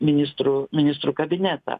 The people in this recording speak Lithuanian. ministrų ministrų kabinetą